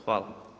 Hvala.